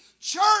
church